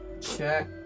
check